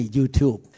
YouTube